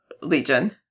Legion